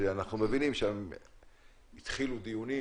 אנחנו מבינים שהתחילו דיונים